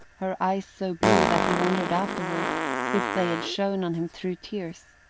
her eyes so blue that he wondered afterward if they had shone on him through tears.